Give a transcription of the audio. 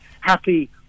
happy